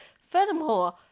Furthermore